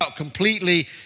completely